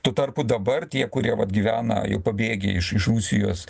tuo tarpu dabar tie kurie vat gyvena jau pabėgę iš iš rusijos